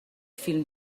فیلم